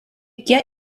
get